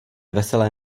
veselé